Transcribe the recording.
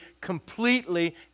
completely